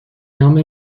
نام